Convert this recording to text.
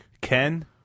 Ken